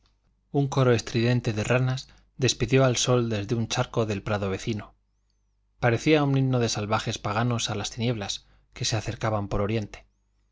un coro estridente de ranas despidió al sol desde un charco del prado vecino parecía un himno de salvajes paganos a las tinieblas que se acercaban por oriente